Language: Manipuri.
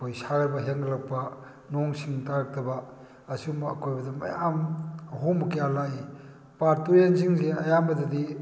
ꯑꯩꯈꯣꯏ ꯁꯥꯔꯛꯄ ꯍꯦꯟꯒꯠꯂꯛꯄ ꯅꯣꯡ ꯁꯤꯡ ꯇꯥꯔꯛꯇꯕ ꯑꯁꯤꯒꯨꯝꯕ ꯑꯀꯣꯏꯕꯗ ꯃꯌꯥꯝ ꯑꯍꯣꯡꯕ ꯀꯌꯥ ꯂꯥꯛꯏ ꯄꯥꯠ ꯇꯨꯔꯦꯟꯁꯤꯡꯁꯦ ꯑꯌꯥꯝꯕꯗꯗꯤ